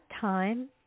time